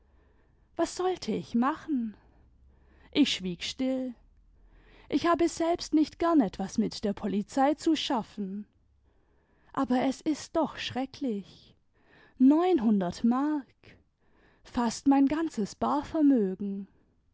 was sollte ich machen ich schwieg still ich habe selbst nicht gern etwas mit der polizei zu schaffen aber es ist doch schrecklich neunhundert markt fast mein ganzes barvermögen